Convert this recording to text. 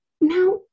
Now